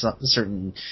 certain